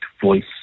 voice